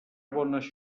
bones